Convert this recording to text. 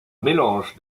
mélange